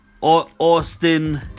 Austin